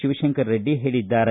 ಶಿವಶಂಕರರೆಡ್ಡಿ ಹೇಳಿದ್ದಾರೆ